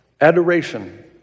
Adoration